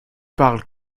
parles